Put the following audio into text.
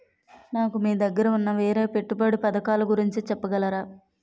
నాకు మీ దగ్గర ఉన్న వేరే పెట్టుబడి పథకాలుగురించి చెప్పగలరా?